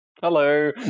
hello